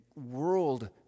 world